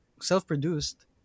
self-produced